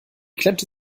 klemmte